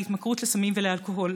לעבר התמכרות לסמים ואלכוהול.